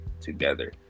together